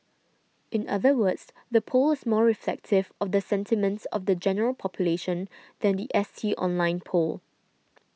in other words the poll is more reflective of the sentiments of the general population than the S T online poll